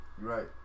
right